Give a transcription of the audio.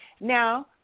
Now